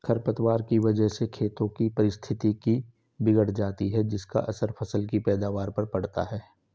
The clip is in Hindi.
खरपतवार की वजह से खेतों की पारिस्थितिकी बिगड़ जाती है जिसका असर फसल की पैदावार पर पड़ता है